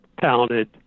talented